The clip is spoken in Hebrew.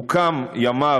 הוקם ימ"ר,